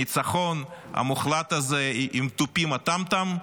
הניצחון המוחלט הזה, עם תופי הטם- טם,